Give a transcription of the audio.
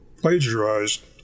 plagiarized